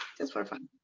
just for fun.